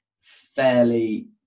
fairly